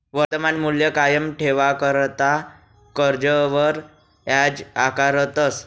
वर्तमान मूल्य कायम ठेवाणाकरता कर्जवर याज आकारतस